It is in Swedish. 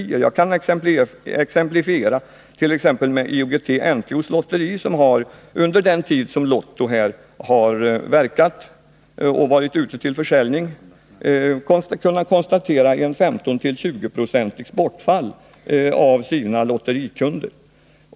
Jag kan exemplifiera med IOGT-NTO, som efter Lottos tillkomst har kunnat konstatera 15-20 26 bortfall av sina lotterikunder.